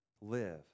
Live